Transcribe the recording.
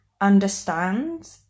understand